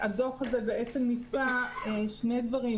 הדוח הזה מיפה שני דברים,